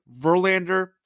verlander